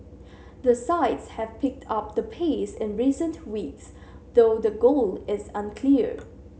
the sides have picked up the pace in recent weeks though the goal is unclear